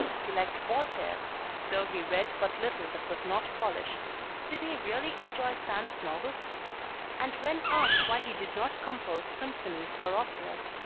he liked voltaire though he read but little that was not polish did he really enjoy sand's novels and when asked why he did not compose symphonies or operas,